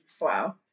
Wow